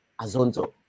Azonto